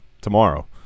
tomorrow